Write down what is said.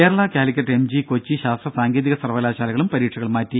Kerala Calicut MG Kochi ശാസ്ത്ര സാങ്കേതിക സർവകലാശാലകളും പരീക്ഷകൾ മാറ്റി